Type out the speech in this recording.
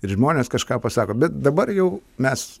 ir žmonės kažką pasako bet dabar jau mes